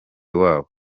wabo